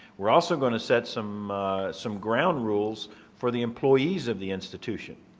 we're also going to set some some ground rules for the employees of the institution.